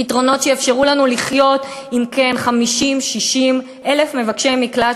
פתרונות שיאפשרו לנו לחיות עם 50,000 60,000 מבקשי מקלט,